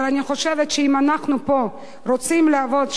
אבל אני חושבת שאם אנחנו פה רוצים לעבוד,